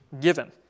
given